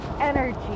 energy